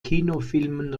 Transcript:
kinofilmen